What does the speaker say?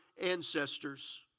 ancestors